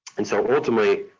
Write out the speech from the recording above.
and so, ultimately,